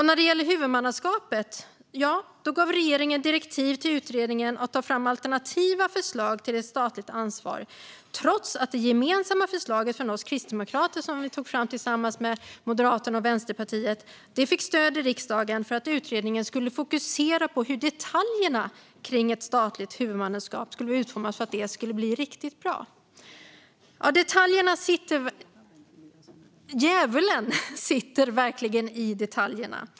När det gäller huvudmannaskapet gav regeringen direktiv till utredningen att ta fram alternativa förslag till ett statligt ansvar, trots att det förslag som vi kristdemokrater tog fram tillsammans med Moderaterna och Vänsterpartiet för att utredningen skulle fokusera på hur detaljerna kring ett statligt huvudmannaskap skulle utformas för att det skulle bli riktigt bra fick stöd i riksdagen. Djävulen sitter verkligen i detaljerna.